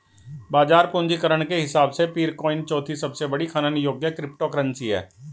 बाजार पूंजीकरण के हिसाब से पीरकॉइन चौथी सबसे बड़ी खनन योग्य क्रिप्टोकरेंसी है